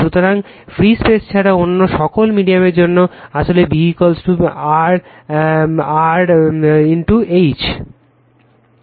সুতরাং free space ছাড়া অন্য সকল মিডিয়ার জন্য আসলে B 0 r H